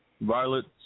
violets